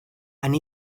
and